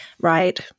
Right